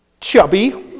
chubby